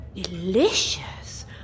Delicious